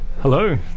Hello